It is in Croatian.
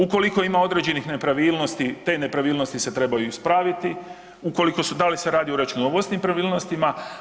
Ukoliko ima određenih nepravilnosti, te nepravilnosti se trebaju ispraviti, ukoliko se, da li se radi o računovodstvenim nepravilnostima.